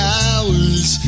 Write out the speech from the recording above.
hours